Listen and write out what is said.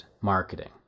marketing